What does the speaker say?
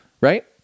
right